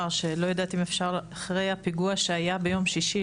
שלא יודעת אם אפשר אחרי הפיגוע שהיה ביום שישי,